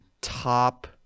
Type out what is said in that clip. top –